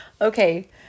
okay